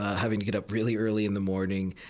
having to get up really early in the morning,